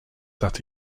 that